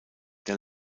der